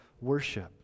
worship